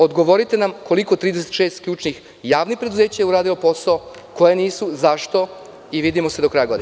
Odgovorite nam koliko je 36 ključnih javnih preduzeća je uradilo posao, koja nisu – zašto nisu i vidimo se do kraja godine.